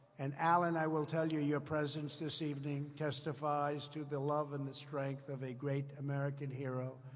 and, alan, i will tell you, your presence this evening testifies to the love and the strength of a great american hero.